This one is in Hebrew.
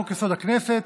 חוק-יסוד: הכנסת,